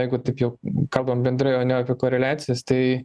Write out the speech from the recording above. jeigu taip jau kalbam bendrai o ne apie koreliacijas tai